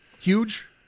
Huge